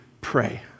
pray